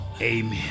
Amen